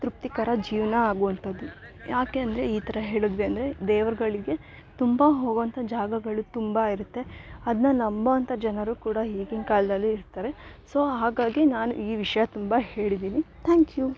ತೃಪ್ತಿಕರ ಜೀವನ ಆಗುವಂಥದ್ದು ಯಾಕೆ ಅಂದರೆ ಈ ಥರ ಹೇಳಿದ್ವಿ ಅಂದರೆ ದೇವ್ರುಗಳಿಗೆ ತುಂಬ ಹೋಗೊಅಂಥ ಜಾಗಗಳು ತುಂಬ ಇರುತ್ತೆ ಅದನ್ನ ನಂಬೊ ಅಂಥ ಜನರು ಕೂಡ ಈಗಿನ್ ಕಾಲದಲ್ಲಿ ಇರ್ತಾರೆ ಸೊ ಹಾಗಾಗಿ ನಾನು ಈ ವಿಷಯ ತುಂಬ ಹೇಳಿದೀನಿ ತ್ಯಾಂಕ್ ಯು